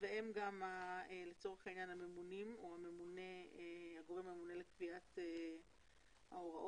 והם גם הממונים, הגורם הממונה לקביעת ההוראות.